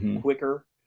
quicker